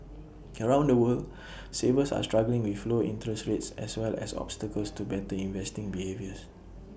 around the world savers are struggling with low interest rates as well as obstacles to better investing behaviours